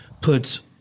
puts